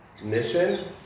mission